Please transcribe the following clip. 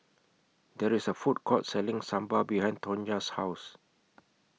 There IS A Food Court Selling Sambar behind Tonja's House